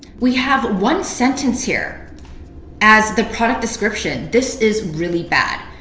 we have one sentence here as the product description. this is really bad.